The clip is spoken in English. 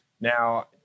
Now